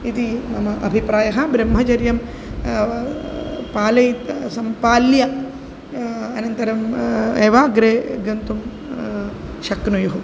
इति मम अभिप्रायः ब्रह्मचर्यं पालयित्वा सम्पाल्य अनन्तरम् एव अग्रे गन्तुं शक्नुयुः